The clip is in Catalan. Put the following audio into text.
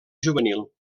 juvenil